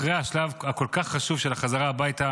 אחרי השלב הכל-כך חשוב של החזרה הביתה